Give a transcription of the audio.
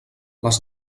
les